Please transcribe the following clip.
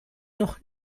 noch